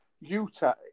Utah